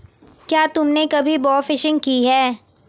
क्या तुमने कभी बोफिशिंग की है?